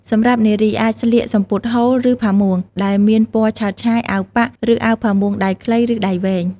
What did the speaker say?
សម្រាប់នារី អាចស្លៀកសំពត់ហូល ឬផាមួងដែលមានពណ៌ឆើតឆាយ អាវប៉ាក់ ឬអាវផាមួងដៃខ្លី ឬដៃវែង។